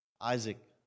Isaac